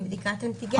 עם בדיקת אנטיגן.